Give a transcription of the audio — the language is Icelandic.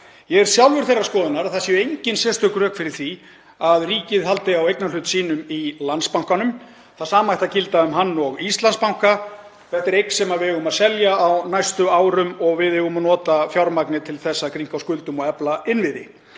Ég er sjálfur þeirrar skoðunar að það séu engin sérstök rök fyrir því að ríkið haldi á eignarhlut sínum í Landsbankanum. Það sama ætti að gilda um hann og Íslandsbanka. Þetta er eign sem við eigum að selja á næstu árum og við eigum að nota fjármagnið til að grynnka á skuldum og efla innviði.